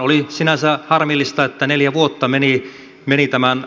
oli sinänsä harmillista että neljä vuotta meni tämän